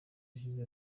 ishize